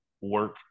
work